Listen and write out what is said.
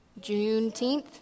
Juneteenth